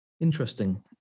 Interesting